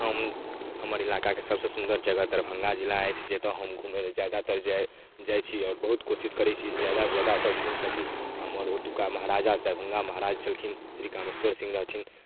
हम हमर इलाकाके सबसँ सुन्दर जगह दरभङ्गा जिला अछि जतऽ हम घुमैलए जादातर जाइ जाइ छी आओर बहुत कोशिश करै छी जादासँ ज्यादा ओतऽ घुमि सकी हमर ओतुका महाराजा दरभङ्गा महराज छलखिन श्री कामेश्वर सिंह छलखिन जे